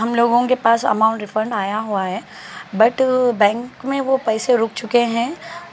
ہم لوگوں کے پاس اماؤنٹ ریفنڈ آیا ہوا ہے بٹ بینک میں وہ پیسے رک چکے ہیں